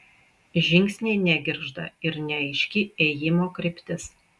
žingsniai negirgžda ir neaiški ėjimo kryptis